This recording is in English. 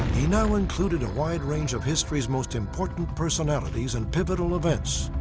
he now included a wide range of history's most important personalities and pivotal events.